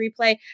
replay